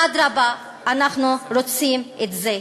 אדרבה, אנחנו רוצים את זה.